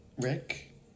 Rick